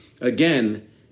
again